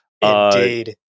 Indeed